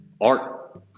art